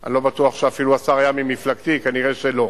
אני לא בטוח שהשר היה ממפלגתי אפילו, נראה שלא.